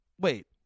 Wait